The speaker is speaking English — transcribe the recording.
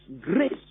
grace